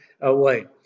away